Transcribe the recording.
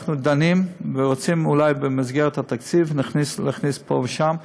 אנחנו דנים ורוצים אולי במסגרת התקציב להכניס פה ושם.